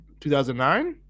2009